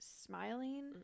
smiling